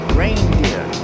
reindeer